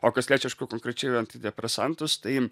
o kas liečia aišku konkrečiai antidepresantus tai